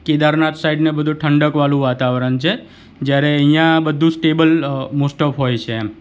કેદારનાથ સાઈડને બધું ઠંડકવાળું વાતાવરણ છે જ્યારે અહીંયાં બધું સ્ટેબલ મોસ્ટ ઓફ હોય છે એમ